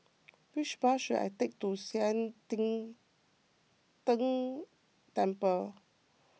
which bus should I take to Sian Teck Tng Temple